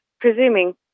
presuming